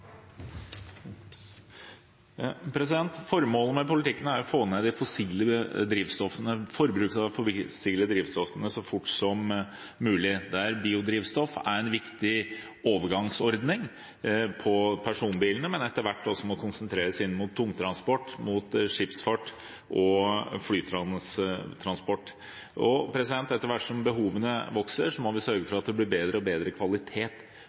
Formålet med politikken er å få ned forbruket av de fossile drivstoffene så fort som mulig, der biodrivstoff er en viktig overgangsordning for personbilene, men etter hvert også må konsentreres inn mot tungtransport, skipsfart og flytransport. Etter hvert som behovene vokser, må vi sørge for at det blir bedre og bedre kvalitet